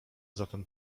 zatem